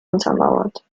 untermauert